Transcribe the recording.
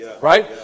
right